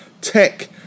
Tech